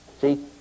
See